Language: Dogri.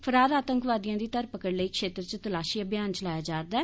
फरार आतंकवादिएं दी धर पकड़ लेई क्षेत्र च तलाशी अभियान चलाया जा'रदा ऐ